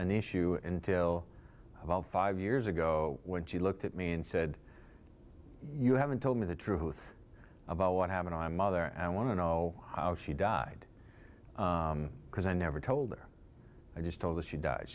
an issue until about five years ago when she looked at me and said you haven't told me the truth about what happened i'm a mother and i want to know how she died because i never told her i just told her she died